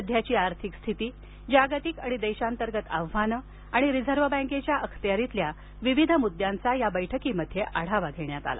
सध्याची आर्थिक स्थिती जागतिक आणि देशांतर्गत आव्हानं आणि रिझर्व बँकेच्या अखत्यारितल्या विविध मृद्दयांचा या बैठकीत आढावा घेण्यात आला